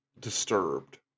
disturbed